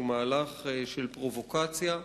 שהוא מהלך של פרובוקציה,